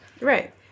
Right